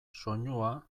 soinua